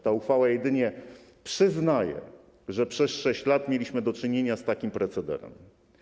Ta uchwała jedynie przyznaje, że przez 6 lat mieliśmy do czynienia z takim procederem.